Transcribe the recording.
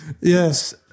Yes